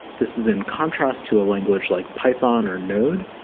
this is in contrast to a language like python, or node,